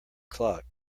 clock